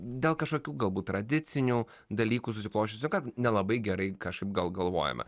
dėl kažkokių galbūt tradicinių dalykų susiklosčiusių kad nelabai gerai kažkaip gal galvojame